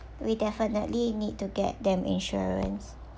we definitely need to get them insurance